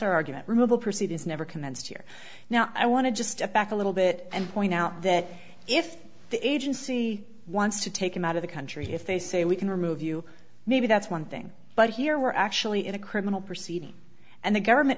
argument removal proceedings never commenced here now i want to just step back a little bit and point out that if the agency wants to take him out of the country if they say we can remove you maybe that's one thing but here we're actually in a criminal proceeding and the government